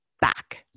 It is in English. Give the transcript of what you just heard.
back